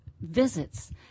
visits